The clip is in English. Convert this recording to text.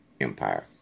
empire